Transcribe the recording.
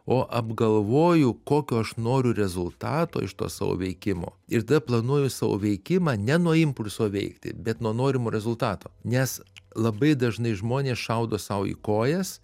o apgalvoju kokio aš noriu rezultato iš to savo veikimo ir tada planuoju savo veikimą ne nuo impulso veikti bet nuo norimo rezultato nes labai dažnai žmonės šaudo sau į kojas